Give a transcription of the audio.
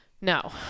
No